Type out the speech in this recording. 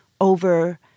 over